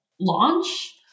launch